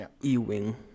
Ewing